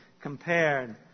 compared